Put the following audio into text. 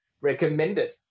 recommended